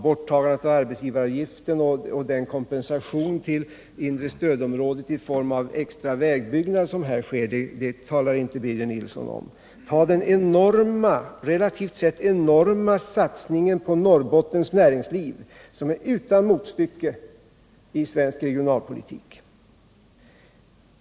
Borttagandet av arbetsgivaravgiften och kompensationen till det inre stödområdet i form av extra vägbyggnad talar inte Birger Nilsson om, inte heller om den relativt sett enorma satsningen på Norrbottens näringsliv, som är utan motstycke i svensk regionalpolitik.